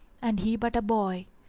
and he but a boy.